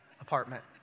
apartment